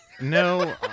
No